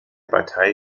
partei